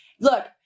Look